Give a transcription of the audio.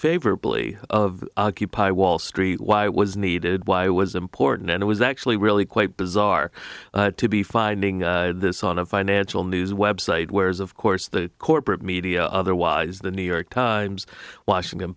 favorably of occupy wall street why it was needed why was important and it was actually really quite bizarre to be finding this on a financial news website whereas of course the corporate media otherwise the new york times washington